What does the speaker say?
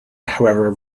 however